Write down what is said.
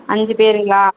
அஞ்சு பேருங்களா